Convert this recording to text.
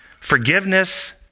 Forgiveness